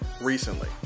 recently